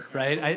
right